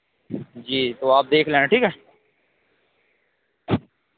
जी तो आप देख लेना ठीक है